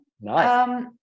Nice